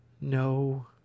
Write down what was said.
No